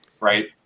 Right